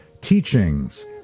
teachings